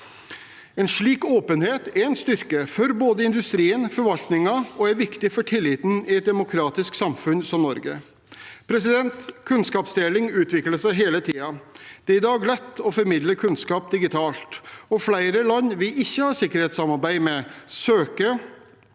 En slik åpenhet er en styrke for både industrien og forvaltningen og er viktig for tilliten i et demokratisk samfunn som Norge. Kunnskapsdeling utvikler seg hele tiden. Det er i dag lett å formidle kunnskap digitalt, og flere land vi ikke har sikkerhetssamarbeid med, søker